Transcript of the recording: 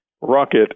rocket